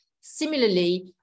similarly